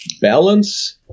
balance